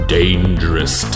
dangerous